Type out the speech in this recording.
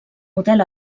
model